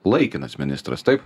laikinas ministras taip